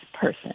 person